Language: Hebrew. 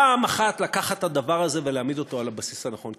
פעם אחת לקחת את הדבר הזה ולהעמיד אותו על הבסיס הנכון.